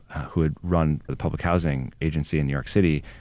who had run the public housing agency in new york city,